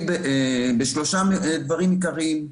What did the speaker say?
ראשית,